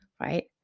right